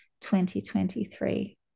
2023